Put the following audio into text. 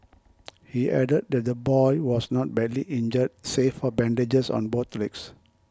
he added that the boy was not badly injured save for bandages on both legs